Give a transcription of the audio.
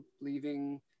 leaving